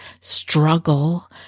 struggle